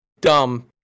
dumb